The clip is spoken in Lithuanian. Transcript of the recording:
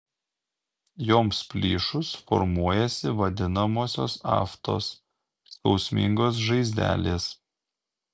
joms plyšus formuojasi vadinamosios aftos skausmingos žaizdelės